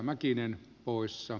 arvoisa puhemies